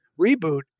reboot